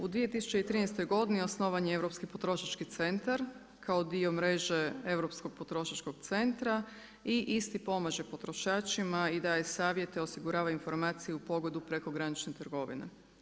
U 2013. godini osnivan je Europski potrošački centar kao dio mreže Europskog potrošačkog centra i isti pomaže potrošačima i daje savjete, osigurava informaciju u pogodu preko granične trgovine.